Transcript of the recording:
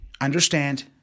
understand